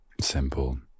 Simple